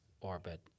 orbit